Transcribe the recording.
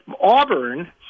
Auburn